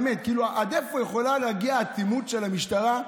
באמת: עד איפה יכולה להגיע האטימות של המשטרה?